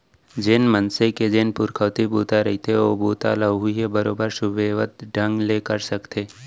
जेन मनसे के जेन पुरखउती बूता रहिथे ओ बूता ल उहीं ह बरोबर सुबेवत ढंग ले कर सकथे